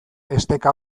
esteka